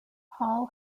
hall